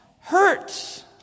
hurts